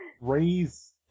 raise